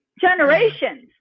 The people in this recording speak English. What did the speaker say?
generations